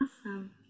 Awesome